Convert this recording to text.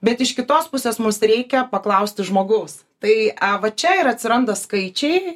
bet iš kitos pusės mums reikia paklausti žmogaus tai a va čia ir atsiranda skaičiai